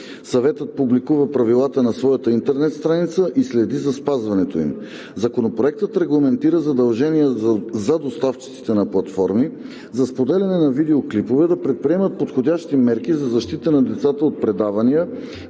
Съветът публикува правилата на своята интернет страница и следи за спазването им. Законопроектът регламентира задължение за доставчиците на платформи за споделяне на видеоклипове да предприемат подходящи мерки за защита на децата от предавания,